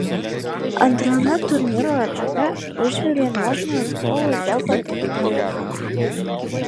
antrame turnyro etape užvirė nuožmios kovos dėl patekimo į finalą